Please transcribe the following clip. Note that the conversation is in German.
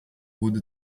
wurde